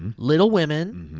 um little women,